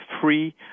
free